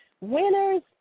Winners